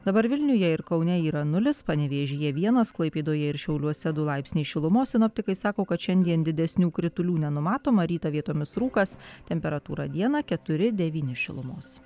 dabar vilniuje ir kaune yra nulis panevėžyje vienas klaipėdoje ir šiauliuose du laipsniai šilumos sinoptikai sako kad šiandien didesnių kritulių nenumatoma rytą vietomis rūkas temperatūra dieną keturi devyni šilumos